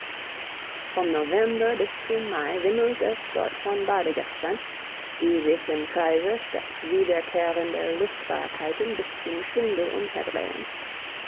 vom november bis zum mai wimmelt es dort von badegästen die sich im kreise stets wiederkehrender lustbarkeiten bis zum schwindel